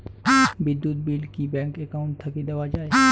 বিদ্যুৎ বিল কি bank account থাকি দেওয়া য়ায়?